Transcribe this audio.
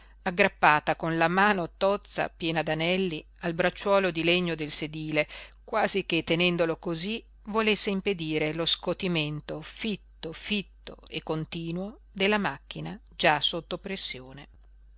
aggrappata con la mano tozza piena d'anelli al bracciuolo di legno del sedile quasi che tenendolo cosí volesse impedire lo scotimento fitto fitto e continuo della macchina già sotto pressione